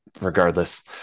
regardless